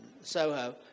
Soho